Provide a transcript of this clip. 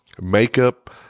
Makeup